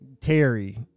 Terry